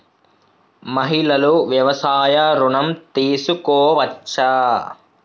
మహిళలు వ్యవసాయ ఋణం తీసుకోవచ్చా?